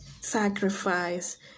sacrifice